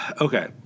Okay